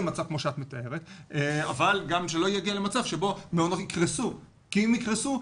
מצב כמו שאת מתארת אבל שלא יגיע למצב שבו מעונות יקרסו כי הם יקרסו,